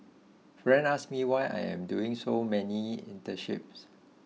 friends ask me why I am doing so many internships